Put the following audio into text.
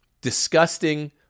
disgusting